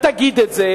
ותגיד את זה?